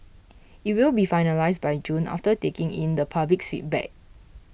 it will be finalised by June after taking in the public's feedback